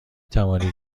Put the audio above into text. توانید